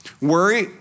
Worry